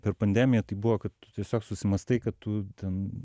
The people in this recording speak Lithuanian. per pandemiją tai buvo kad tu tiesiog susimąstai kad tu ten